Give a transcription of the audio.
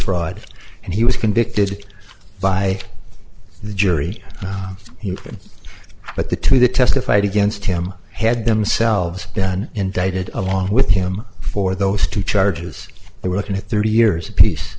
fraud and he was convicted by the jury but the two they testified against him had themselves done indicted along with him for those two charges they were looking at thirty years apiece